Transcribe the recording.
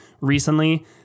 recently